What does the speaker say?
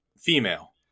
female